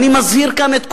אני מזהיר כאן את כולנו.